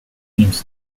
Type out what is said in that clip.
games